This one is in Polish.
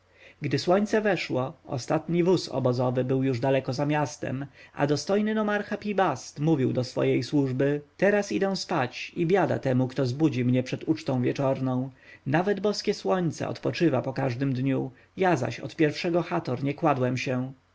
gdy słońce weszło ostatni wóz obozowy był już daleko za miastem a dostojny nomarcha pi-bast mówił do swojej służby teraz idę spać i biada temu kto zbudzi mnie przed ucztą wieczorną nawet boskie słońce odpoczywa po każdym dniu ja zaś od pierwszego chatka nie kładłem się